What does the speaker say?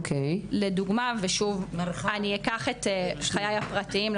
לדוגמה, אני אקח את חיי הפרטיים.